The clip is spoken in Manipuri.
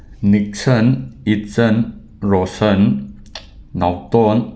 ꯅꯤꯛꯁꯟ ꯏꯆꯟ ꯔꯣꯁꯟ ꯅꯥꯎꯇꯣꯟ